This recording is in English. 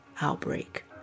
outbreak